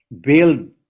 build